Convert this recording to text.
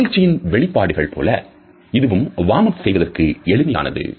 மகிழ்ச்சியின் வெளிப்பாடுகள் போல இதுவும் warm up செய்வதற்கு எளிமையானது